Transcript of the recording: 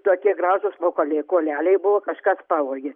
tokie gražūs nukalė kuoleliai buvo kažkas pavogė